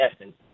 essence